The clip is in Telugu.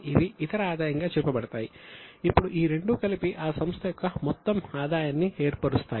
అవి ఇతర ఆదాయంగా చూపబడతాయి ఇప్పుడు ఈ రెండూ కలిసి ఆ సంస్థ యొక్క మొత్తం ఆదాయాన్ని ఏర్పరుస్తాయి